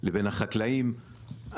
לבין החקלאים,